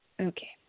Okay